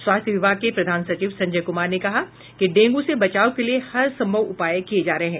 स्वास्थ्य विभाग के प्रधान सचिव संजय कुमार ने कहा कि डेंगू से बचाव के लिए हर सम्भव उपाय किये जा रहे हैं